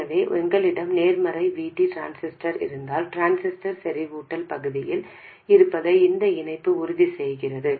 எனவே எங்களிடம் நேர்மறை VT டிரான்சிஸ்டர் இருந்தால் டிரான்சிஸ்டர் செறிவூட்டல் பகுதியில் இருப்பதை இந்த இணைப்பு உறுதி செய்கிறது